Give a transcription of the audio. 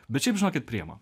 bet šiaip žinokit priima